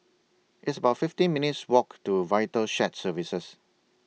It's about fifteen minutes' Walk to Vital Shared Services